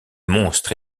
monstre